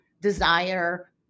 desire